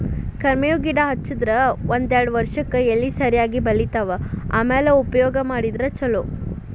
ಕರ್ಮೇವ್ ಗಿಡಾ ಹಚ್ಚದ ಒಂದ್ಯಾರ್ಡ್ ವರ್ಷಕ್ಕೆ ಎಲಿ ಸರಿಯಾಗಿ ಬಲಿತಾವ ಆಮ್ಯಾಲ ಉಪಯೋಗ ಮಾಡಿದ್ರ ಛಲೋ